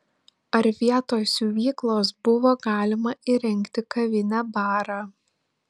ar vietoj siuvyklos buvo galima įrengti kavinę barą